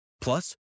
Plus